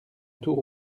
tour